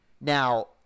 Now